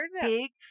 big